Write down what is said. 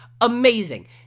Amazing